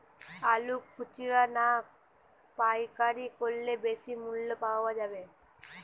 আলু খুচরা না পাইকারি করলে বেশি মূল্য পাওয়া যাবে?